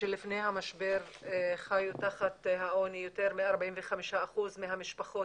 שלפני המשבר חיו מתחת לעוני יותר מ-45% מהמשפחות,